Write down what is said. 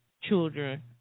children